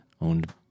owned